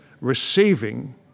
receiving